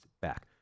back